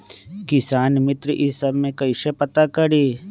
किसान मित्र ई सब मे कईसे पता करी?